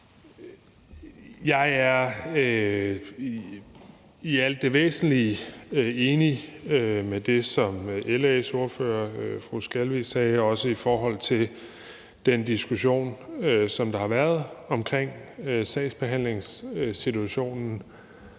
Jeg er i al væsentlighed enig i det, som LA's ordfører, fru Sandra Elisabeth Skalvig, sagde, også i forhold til den diskussion, som der har været omkring sagsbehandlingssituationen.